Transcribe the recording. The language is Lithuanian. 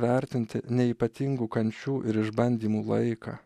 vertinti ne ypatingų kančių ir išbandymų laiką